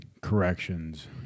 corrections